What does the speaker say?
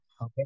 okay